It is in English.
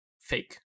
Fake